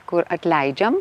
kur atleidžiam